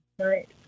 Right